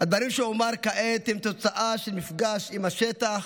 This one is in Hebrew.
הדברים שאומר כעת הם תוצאה של מפגש עם השטח,